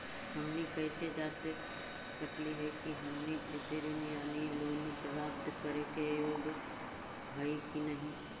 हमनी कैसे जांच सकली हे कि हमनी कृषि ऋण यानी लोन प्राप्त करने के योग्य हई कि नहीं?